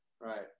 Right